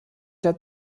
der